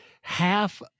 half